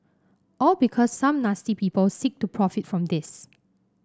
all because some nasty people seek to profit from this